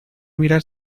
mirar